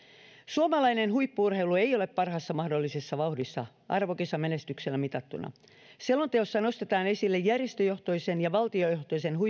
suomalainen huippu urheilu ei ole parhaassa mahdollisessa vauhdissa arvokisamenestyksellä mitattuna selonteossa nostetaan esille järjestöjohtoisen ja valtiojohtoisen huippu